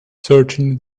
searching